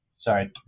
sorry